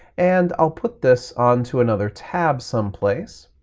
and i'll put this onto another tab someplace